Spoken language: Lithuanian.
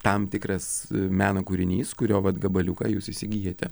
tam tikras meno kūrinys kurio vat gabaliuką jūs įsigyjate